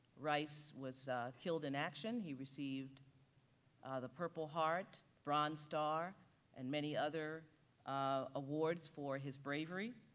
rice was killed in action, he received the purple heart, bronze star and many other ah awards for his bravery.